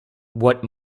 what